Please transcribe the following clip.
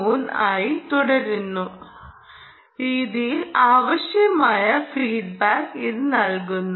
3 ആയി തുടരുന്ന രീതിയിൽ ആവശ്യമായ ഫീഡ്ബാക്ക് ഇത് നൽകുന്നു